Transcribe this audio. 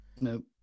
Nope